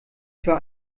für